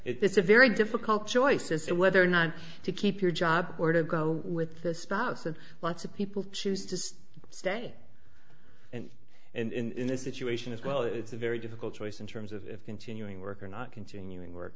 it's a very difficult choice is it whether or not to keep your job or to go with the spouse and lots of people choose to stay and in this situation is well it's a very difficult choice in terms of continuing work or not continuing work